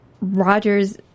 Rogers